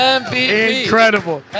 Incredible